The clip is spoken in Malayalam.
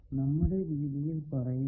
നമ്മുടെ രീതിയിൽ പറയുമ്പോൾ